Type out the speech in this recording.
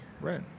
right